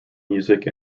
music